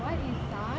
why this sun